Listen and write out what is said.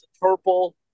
purple